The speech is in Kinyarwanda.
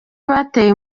bateye